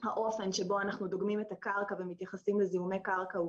שבו אנחנו דוגמים את הקרקע ומתייחסים לזיהומי קרקע הוא